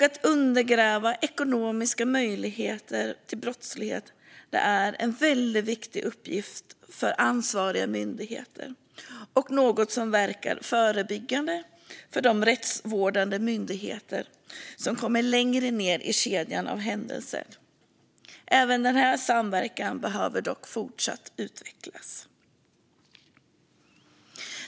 Att undergräva ekonomiska möjligheter till brottslighet är en väldigt viktig uppgift för ansvariga myndigheter, och det är något som verkar förebyggande för de rättsvårdande myndigheter som kommer längre ned i kedjan av händelser. Även denna samverkan behöver dock fortsatt utvecklas.